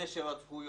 אלה שרצחו יותר.